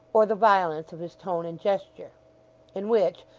or the violence of his tone and gesture in which,